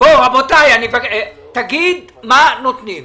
מה נותנים.